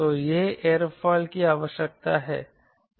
तो यह एयरोफिल की आवश्यकता है